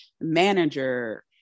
manager